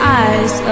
eyes